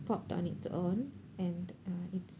popped on its own and uh it's